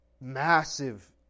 massive